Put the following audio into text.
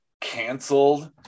canceled